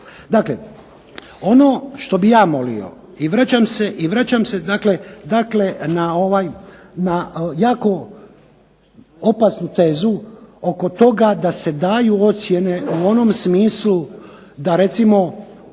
Dakle, ono što bih ja molio i vraćam se, dakle na ovaj, na jako opasnu tezu oko toga da se daju ocjene u onom smislu da recimo